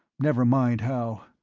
never mind how.